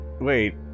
Wait